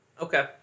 Okay